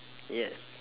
yes